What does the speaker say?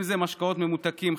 אם זה משקאות ממותקים,